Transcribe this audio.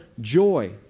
joy